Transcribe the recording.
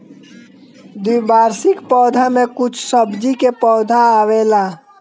द्विवार्षिक पौधा में कुछ सब्जी के पौधा आवेला